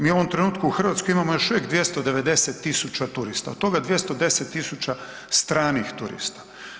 Mi u ovom trenutku u Hrvatskoj imamo još uvijek 290.000 turista od toga 210.000 stranih turista.